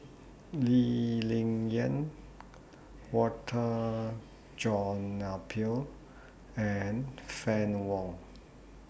Lee Ling Yen Walter John Napier and Fann Wong